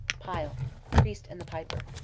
pyle priest and the piper.